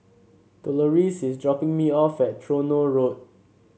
Doloris is dropping me off at Tronoh Road